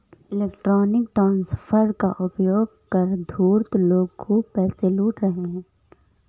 electronic transfer का उपयोग कर धूर्त लोग खूब पैसे लूट रहे हैं